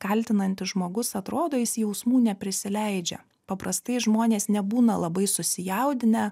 kaltinantis žmogus atrodo jis jausmų neprisileidžia paprastai žmonės nebūna labai susijaudinę